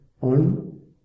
on